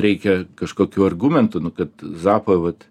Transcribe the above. reikia kažkokių argumentų kad zappa vat